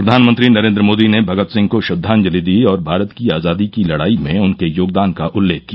प्रधानमंत्री नरेन्द्र मोदी ने भगत सिंह को श्रद्धांजलि दी और भारत की आजादी की लड़ाई में उनके योगदान का उल्लेख किया